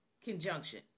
Conjunction